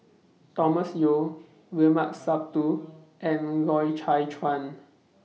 Thomas Yeo Limat Sabtu and Loy Chye Chuan